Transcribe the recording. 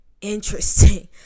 interesting